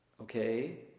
Okay